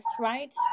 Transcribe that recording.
right